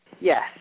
yes